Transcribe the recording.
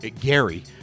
Gary